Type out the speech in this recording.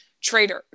Traders